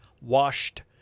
washed